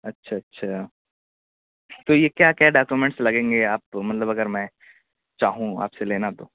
اچھا اچھا تو یہ کیا کیا ڈاکومنٹس لگیں گے آپ کو مطلب اگر میں چاہوں آپ سے لینا تو